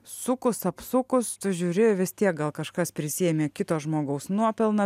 sukus apsukus sužiūri vis tiek gal kažkas prisiėmė kito žmogaus nuopelną